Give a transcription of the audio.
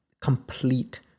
complete